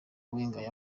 wenger